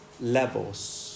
levels